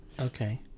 Okay